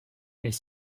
est